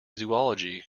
zoology